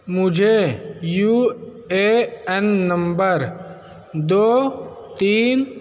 मुझे U A N number दो तीन